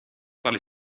tale